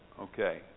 okay